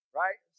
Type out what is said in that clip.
right